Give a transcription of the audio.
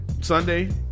Sunday